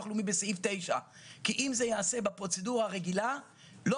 הלאומי בסעיף 9. אם זה ייעשה בפרוצדורה הרגילה לא